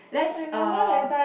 let's uh